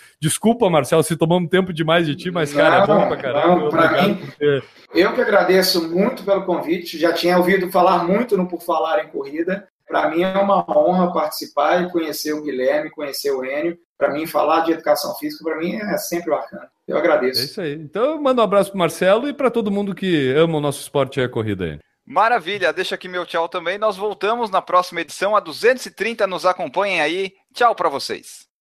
desculpa, Marcelo, se tomamos tempo demais de ti, mas, Não, cara, é bom pra caralho, não, pra obrigado mim- por ter- Eu que agradeço muito pelo convite, já tinha ouvido falar muito no Por Falar em Corrida. Pra mim é uma honra participar e conhecer o Guilherme, conhecer o Enio. Pra mim, falar de educação física, pra mim, é sempre bacana. Eu agradeço. É isso aí. Então, eu mando um abraço pro Marcelo e pra todo mundo que ama o nosso esporte e a corrida aí. Maravilha. Deixa aqui meu tchau também. Nós voltamos na próxima edição, a 230. Nos acompanhem aí. Tchau pra vocês.